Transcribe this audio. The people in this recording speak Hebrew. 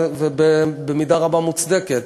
ובמידה רבה מוצדקת,